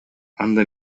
анда